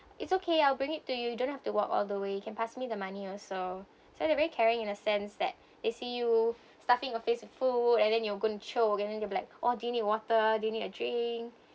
it's okay I'll bring it to you don't have to walk all the way you can pass me the money also so they're very caring in a sense that they see you stuffing your face with food and then you're going to choke then they'll be like do you need water do you need a drink